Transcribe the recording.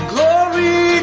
Glory